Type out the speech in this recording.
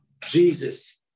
Jesus